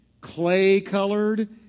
clay-colored